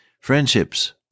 friendships